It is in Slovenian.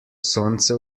sonce